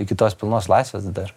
iki tos pilnos laisvės dar